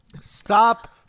Stop